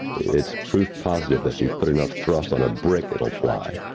it's proof positive that you put enough thrust on a brick it'll fly.